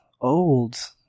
old